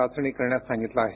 चाचणी करण्यास सांगितलं आहे